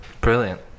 Brilliant